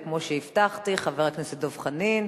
כמו שהבטחתי, חבר הכנסת דב חנין,